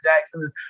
Jackson